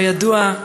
ובידוע,